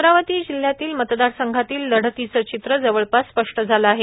अमरावती जिल्ह्यातील मतदारसंघातील लढतीचे चित्र जवळपास स्पष्ट झाले आहे